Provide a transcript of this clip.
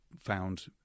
found